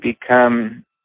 become